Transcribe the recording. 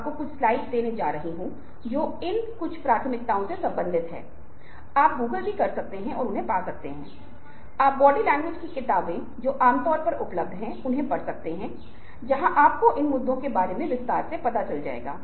पसंद liking liking बहुत महत्वपूर्ण है क्योंकि जब तक आप एक विचार एक विचार की तरह एक उत्पाद की तरह कम से कम अस्थायी रूप से आप हमें यह स्वीकार करने या इसे खरीदने के लिए राजी नहीं करने जा रहे हैं